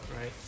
Right